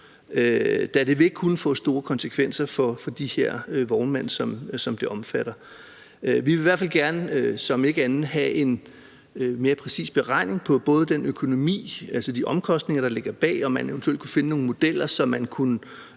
da det vil kunne få store konsekvenser for de her vognmænd, som det omfatter. Vi vil så i hvert fald gerne om ikke andet have en mere præcis beregning af både den økonomi, altså de omkostninger, der ligger bag, og om man eventuelt kunne finde nogle modeller, så man kunne